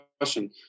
question